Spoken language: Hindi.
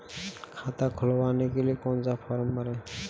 खाता खुलवाने के लिए कौन सा फॉर्म भरें?